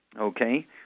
okay